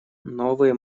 новые